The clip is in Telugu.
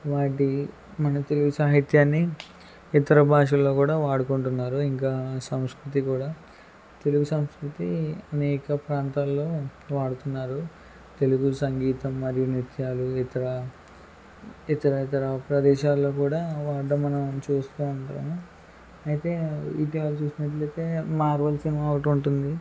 వాటి మన తెలుగు సాహిత్యాన్ని ఇతర భాషల్లో కూడా వాడుకుంటున్నారు ఇంకా సంస్కృతి కూడా తెలుగు సంస్కృతి అనేక ప్రాంతాల్లో వాడుతున్నారు తెలుగు సంగీతం మరియు నృత్యాలు ఇతర ఇతర ఇతర ప్రదేశాల్లో కూడా వాడడం మనం చూస్తూ ఉంటాం అయితే ఇతిహాసాలు చూసినట్లయితే మార్వెల్ సినిమా ఒకటి ఉంటుంది